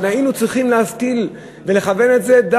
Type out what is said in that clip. אבל היינו צריכים להשכיל ולכוון את זה שזה